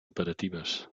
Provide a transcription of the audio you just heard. operatives